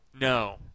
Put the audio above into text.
No